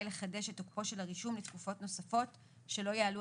לחדש את תוקפו של הרישום לתקופות נוספות שלא יעלו